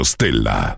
Stella